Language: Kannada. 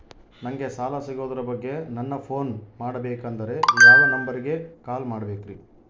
ನಂಗೆ ಸಾಲ ಸಿಗೋದರ ಬಗ್ಗೆ ನನ್ನ ಪೋನ್ ಮಾಡಬೇಕಂದರೆ ಯಾವ ನಂಬರಿಗೆ ಕಾಲ್ ಮಾಡಬೇಕ್ರಿ?